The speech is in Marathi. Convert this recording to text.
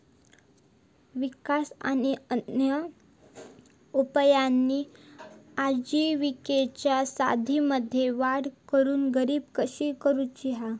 विकास आणि अन्य उपायांनी आजिविकेच्या संधींमध्ये वाढ करून गरिबी कमी करुची हा